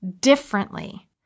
differently